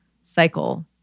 cycle